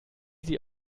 sie